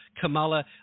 Kamala